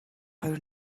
хоёр